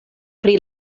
pri